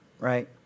right